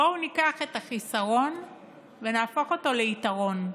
בואו ניקח את החיסרון ונהפוך אותו ליתרון.